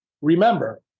remember